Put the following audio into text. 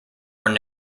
where